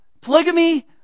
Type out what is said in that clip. Polygamy